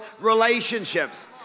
relationships